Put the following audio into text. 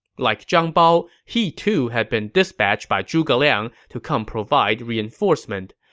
like zhang bao, he too had been dispatched by zhuge liang to come provide reinforcement.